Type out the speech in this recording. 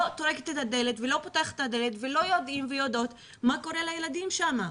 פותחת את הדלת ולא יודעים מה קורה לילדים שם.